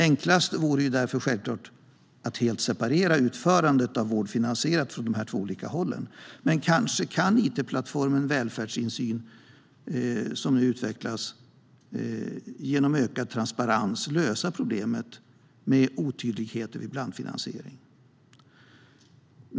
Enklast vore därför självklart att helt separera utförandet av vård finansierad från de här två olika hållen. Men kanske kan it-plattformen Välfärdsinsyn som nu utvecklas genom ökad transparens lösa problemet med otydligheter vid blandfinansiering.